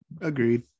agreed